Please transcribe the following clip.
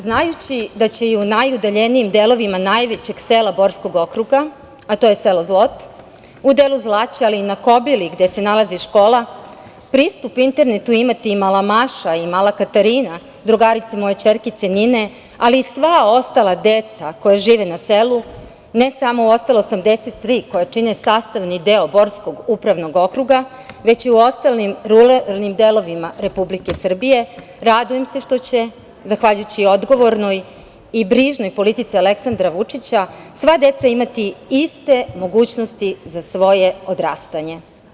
Znajući da će i u najudaljenijim delovima najvećeg sela Borskog okruga, a to je selo Zlot, u delu Zlaća, ali i na Kobili, gde se nalazi škola, pristup internetu imati i mala Maša i mala Katarina, drugarice moje ćerkice Nine, ali i sva ostala deca koja žive na selu, ne samo u ostala 83 koja čine sastavni deo Borskog upravnog okruga, već i u ostalim ruralnim delovima Republike Srbije, radujem se što će, zahvaljujući odgovornoj i brižnoj politici Aleksandra Vučića, sva deca imati iste mogućnosti za svoje odrastanje.